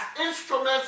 Instruments